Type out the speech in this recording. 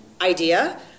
idea